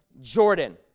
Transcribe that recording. Jordan